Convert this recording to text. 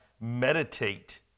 meditate